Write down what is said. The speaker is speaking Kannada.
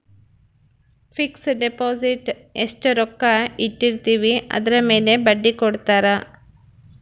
ಫಿಕ್ಸ್ ಡಿಪೊಸಿಟ್ ಎಸ್ಟ ರೊಕ್ಕ ಇಟ್ಟಿರ್ತಿವಿ ಅದುರ್ ಮೇಲೆ ಬಡ್ಡಿ ಕೊಡತಾರ